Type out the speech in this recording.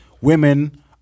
women